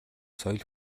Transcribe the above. соёл